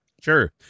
Sure